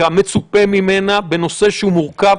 כמצופה ממנה בנושא שהוא מורכב,